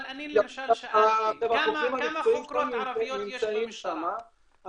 אבל אני למשל שאלתי כמה חוקרות ערביות יש במשטרה.